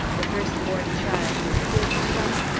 the first-born child is still to come.